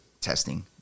testing